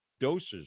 doses